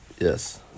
Yes